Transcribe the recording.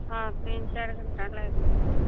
हँ तिन चारि घण्टा लागि जेतै